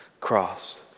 cross